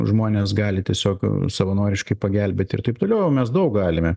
žmonės gali tiesiog savanoriškai pagelbėti ir taip toliau o mes daug galime